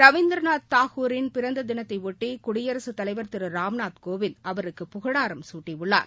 ரவீந்திரநாத் தாகூரின் பிறந்த தினத்தையொட்டி குடியரசுத் தலைவர் திரு ராம்நாத் கோவிந்த் அவருக்கு புகழாரம் சூட்டியுள்ளார்